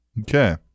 Okay